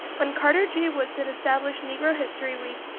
when carter g. woodson established negro history week,